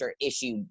issue